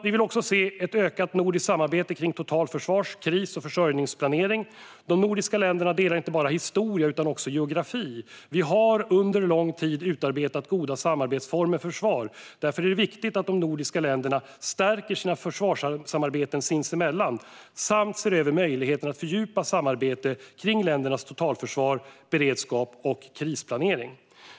Vi vill också se ett ökat nordiskt samarbete om totalförsvars, kris och försörjningsplanering. De nordiska länderna delar inte bara historia utan också geografi. Vi har under lång tid utarbetat goda samarbetsformer för försvar. Därför är det viktigt att de nordiska länderna stärker sina försvarssamarbeten sinsemellan samt ser över möjligheterna att fördjupa samarbetet om ländernas totalförsvar, beredskap och krisplanering.